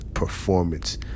performance